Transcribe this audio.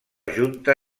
junta